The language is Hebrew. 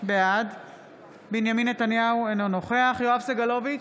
בעד בנימין נתניהו, אינו נוכח יואב סגלוביץ'